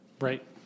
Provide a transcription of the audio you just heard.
Right